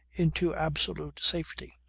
into absolute safety.